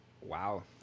Wow